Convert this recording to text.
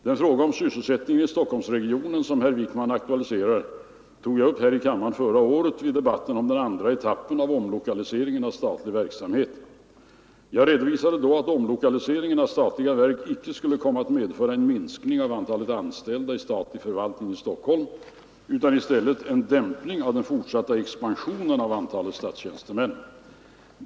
Den fråga om sysselsättningen i Stockholmsregionen som herr Wijkman aktualiserar tog jag upp här i kammaren förra året vid debatten om den andra etappen av omlokaliseringen av statlig verksamhet. Jag redovisade då att omlokaliseringen av statliga verk inte skulle komma att medföra en minskning av antalet anställda i statlig förvaltning i Stockholm utan i stället en dämpning av den fortsatta expansionen av antalet statstjänstemän.